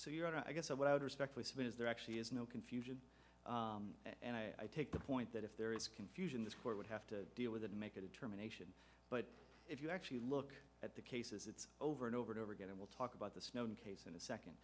so you're i guess what i would respectfully submit is there actually is no confusion and i take the point that if there is confusion this court would have to deal with it and make a determination but if you actually look at the cases it's over and over and over again and we'll talk about the snowden case in a